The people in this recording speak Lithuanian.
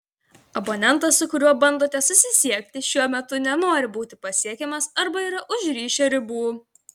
abonentas su kuriuo bandote susisiekti šiuo metu nenori būti pasiekiamas arba yra už ryšio ribų